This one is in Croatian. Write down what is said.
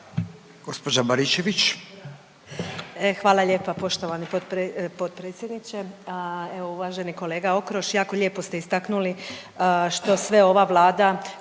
Gospođa Baričević.